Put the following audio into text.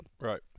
Right